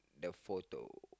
the photo